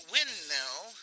Windmill